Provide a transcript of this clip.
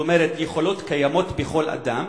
כלומר, יכולות קיימות בכל אדם.